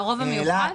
הרוב המיוחס?